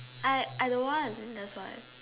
I I don't want that's why